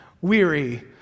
weary